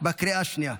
התקבלו בקריאה השנייה.